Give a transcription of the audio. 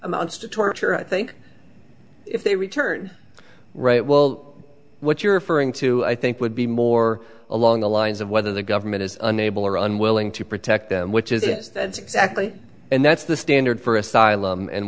amounts to torture i think if they return right well what you're referring to i think would be more along the lines of whether the government is unable or unwilling to protect them which is it that's exactly and that's the standard for asylum and